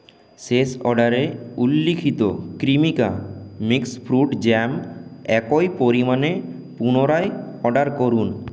শেষ অর্ডারে উল্লিখিত ক্রিমিকা মিক্স ফ্রুট জ্যাম একই পরিমাণে পুনরায় অর্ডার করুন